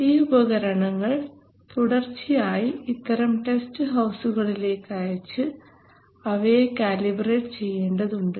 ഈ ഉപകരണങ്ങൾ തുടർച്ചയായി ഇത്തരം ടെസ്റ്റ് ഹൌസുകളിലേക്ക് അയച്ചു അവയെ കാലിബറേറ്റ് ചെയ്യേണ്ടതുണ്ട്